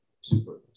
super